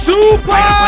Super